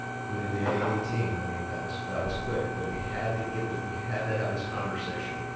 including the a and e team, i mean, that was that was quick, but we had to get that, we had to have this conversation,